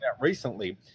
recently